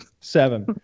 Seven